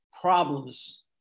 Problems